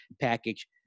package